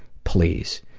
please.